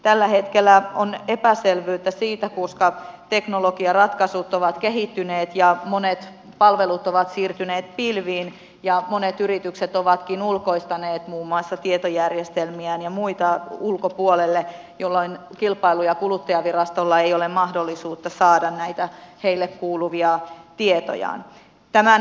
tällä hetkellä on epäselvyyttä liittyen siihen että teknologiaratkaisut ovat kehittyneet ja monet palvelut ovat siirtyneet pilviin ja monet yritykset ovatkin ulkoistaneet muun muassa tietojärjestelmiään ja muita ulkopuolelle jolloin kilpailu ja kuluttajavirastolla ei ole mahdollisuutta saada näitä heille kuuluvia tietoja